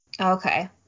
Okay